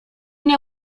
nie